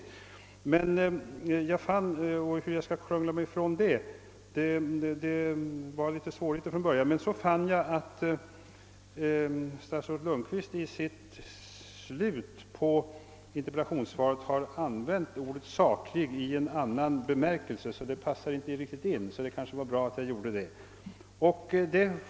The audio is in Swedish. Först hade jag litet svårt att krångla mig från det, men sedan fann jag att statsrådet Lundkvist i slutet av sitt interpellationssvar har använt ordet »saklig» i en annan bemärkelse så att mitt resonemang inte riktigt passar in. Därför är det kanske bra att jag avstår från det.